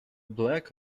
black